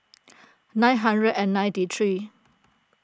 nine hundred and ninety three